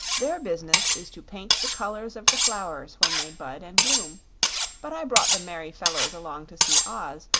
their business is to paint the colors of the flowers when they bud and bloom but i brought the merry fellows along to see oz,